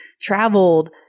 traveled